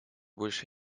больше